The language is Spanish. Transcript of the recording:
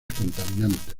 contaminantes